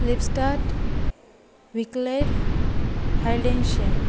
लिपस्टाट विकलेड हायडेनशियम